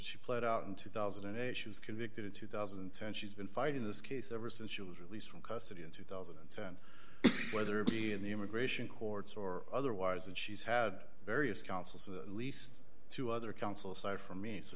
be played out in two thousand and eight she was convicted in two thousand and ten she's been fighting this case ever since she was released from custody in two thousand and ten whether it be in the immigration courts or otherwise and she's had various councils at least two other council so for me so